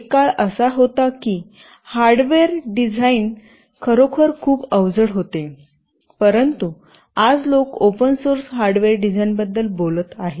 एक काळ असा होता की हार्डवेअर डिझाईन खरोखर खूप अवजड होते परंतु आज लोक ओपन सोर्स हार्डवेअर डिझाइनबद्दल बोलत आहेत